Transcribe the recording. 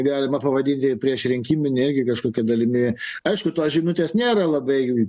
galima pavadinti priešrinkimine irgi kažkokia dalimi aišku tos žinutės nėra labai